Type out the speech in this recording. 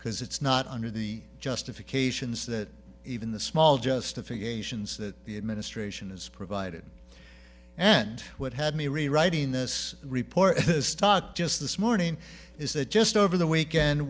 because it's not under the justifications that even the small justifications that the administration has provided and what had me rewriting this report has taught just this morning is that just over the weekend